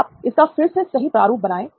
आप इसका फिर से सही प्रारूप बनाएं